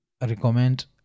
recommend